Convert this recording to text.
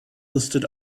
listed